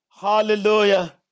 hallelujah